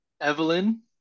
Evelyn